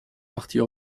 parties